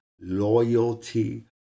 loyalty